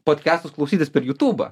podkestus klausytis per jutubą